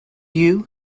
you